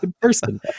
person